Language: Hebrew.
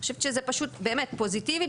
אני חושבת שזה פשוט באמת פוזיטיבית,